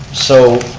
so,